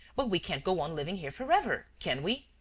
but we can't go on living here forever, can we?